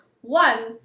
One